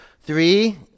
Three